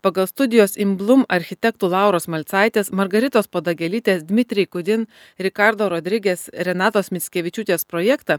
pagal studijos imblum architektų lauros malcaitės margaritos padagėlytės dmitrij kudin rikardo rodriges renatos mickevičiūtės projektą